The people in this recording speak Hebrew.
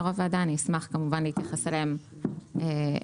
אני אשמח כמובן להתייחס אליהן אחת-אחת.